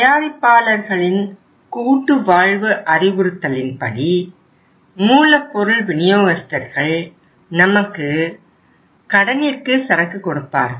தயரிப்பாளரிகளின் கூட்டுவாழ்வு அறிவுறுத்தலின்படி மூலப்பொருள் விநியோகஸ்தர்கள் நமக்கு கடனிற்கு சரக்கு கொடுப்பார்கள்